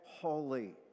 holy